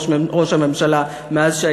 ראש הממשלה,